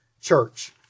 church